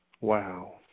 Wow